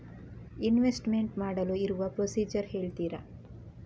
Investment ಮಾಡಲು ಇರುವ procedure ಹೇಳ್ತೀರಾ?